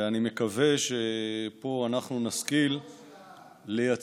ואני מקווה שפה אנחנו נשכיל לייצר,